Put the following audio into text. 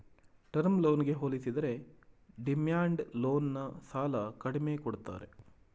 term ಲೋನ್ಗೆ ಹೋಲಿಸಿದರೆ demand loan ನ ಸಾಲ ಕಡಿಮೆ ಕೊಡ್ತಾರೆ